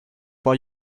for